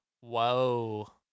Whoa